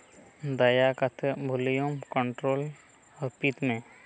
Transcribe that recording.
ᱫᱟᱭᱟ ᱠᱟᱛᱮ volume control ᱦᱟᱹᱯᱤᱫ ᱢᱮ